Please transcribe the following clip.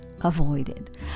avoided